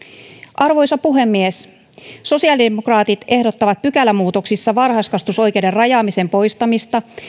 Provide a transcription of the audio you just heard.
arvoisa puhemies sosiaalidemokraatit ehdottavat pykälämuutoksissa varhaiskasvatusoikeuden rajaamisen poistamista